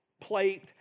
plate